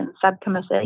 subcommittee